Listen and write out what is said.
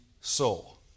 soul